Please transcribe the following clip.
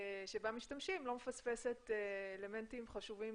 שבה משתמשים לא מפספסת אלמנטים חשובים